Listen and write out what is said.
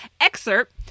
excerpt